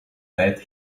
bad